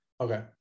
okay